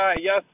yes